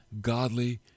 godly